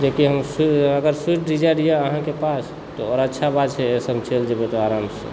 जेकि हम अगर स्विफ्ट डिजायर यऽ अहाँके पास तऽ आओर अच्छा बात छै ओहिसँ हम चलि जेबए तऽ आरामसँ